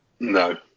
No